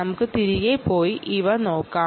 നമുക്ക് തിരികെ പോയി ഇവ നോക്കാം